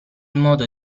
modo